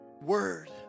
word